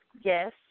Yes